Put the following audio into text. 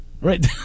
Right